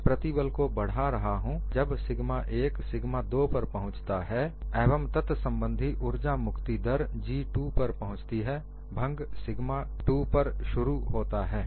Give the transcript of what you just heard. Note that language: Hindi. मैं प्रतिबल को बढ़ा रहा हूं जब सिगमा 1 सिगमा 2 पर पहुंचता है एवं तत्संबंधी उर्जा मुक्ति दर G2 पर पहुंचती है भंग सिग्मा 2 पर शुरू होता है